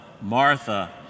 Martha